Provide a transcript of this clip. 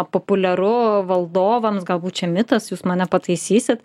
populiaru valdovams galbūt čia mitas jūs mane pataisysit